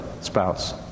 spouse